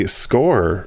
score